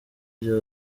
bya